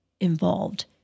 involved